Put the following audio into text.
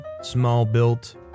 small-built